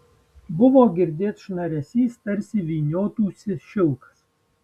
buvo girdėt šnaresys tarsi vyniotųsi šilkas